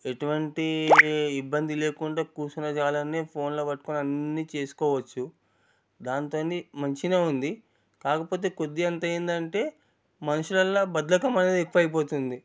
ఎటువంటి ఇబ్బంది లేకుండా కూర్చునే జాగలోనే ఫోన్లో పట్టుకొని అన్ని చేసుకోవచ్చు దాంతోని మంచిగానే ఉంది కాకపోతే కొద్దిగంత ఏంటంటే మనుషుల్లో బద్ధకం అనేది ఎక్కువైపోతుంది